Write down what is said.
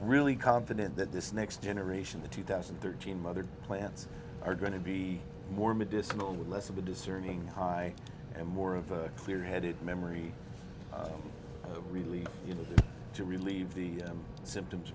really confident that this next generation the two thousand and thirteen mother plants are going to be more medicinal less of a discerning high and more of a clear headed memory really you know to relieve the symptoms